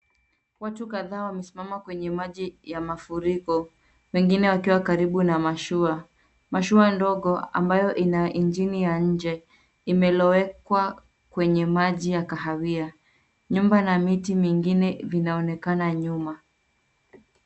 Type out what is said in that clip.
Watu kadhaa wamesimama kwenye maji ya mafuriko wengine wakiwa karibu na mashua. Mashua ndogo ambayo ina injini ya nje, imelowekwa kwenye maji ya kahawia. Nyumba na miti mingine vinaonekana nyuma.